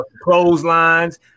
clotheslines